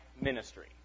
ministry